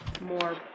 more